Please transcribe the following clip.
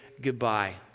goodbye